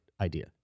idea